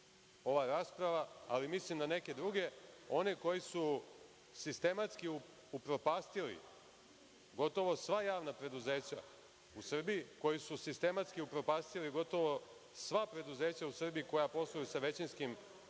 ova rasprava, ali mislim na neke druge, one koji su sistematski upropastili gotovo sva javna preduzeća u Srbiji, koji su sistematski upropastili gotovo sva preduzeća u Srbiji koja posluju sa većinskim